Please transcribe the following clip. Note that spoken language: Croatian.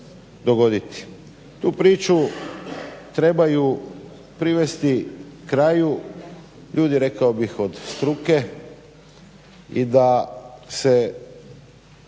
Tu priču trebaju privesti kraju ljudi rekao bih od struke i da se